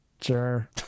Sure